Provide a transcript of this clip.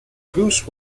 goose